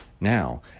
now